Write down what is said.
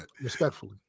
respectfully